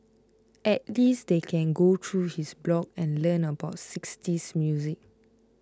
at least they can go through his blogs and learn about sixties music